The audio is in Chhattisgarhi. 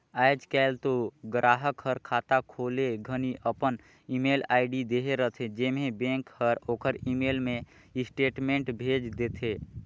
आयज कायल तो गराहक हर खाता खोले घनी अपन ईमेल आईडी देहे रथे जेम्हें बेंक हर ओखर ईमेल मे स्टेटमेंट भेज देथे